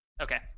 okay